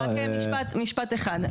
רק משפט אחד.